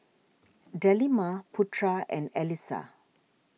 Delima Putra and Alyssa